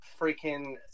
freaking